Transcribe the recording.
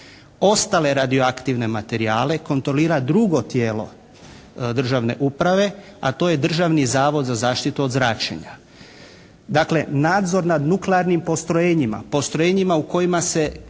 Ostale radioaktivne materijale kontrolira drugo tijelo državne uprave, a to je Državni zavod za zaštitu od zračenja. Dakle nadzor nad nuklearnim postrojenjima, postrojenjima u kojima se